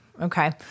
Okay